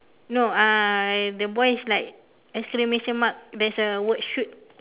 no uh the boy is like exclamation mark there's a word shoot